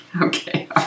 Okay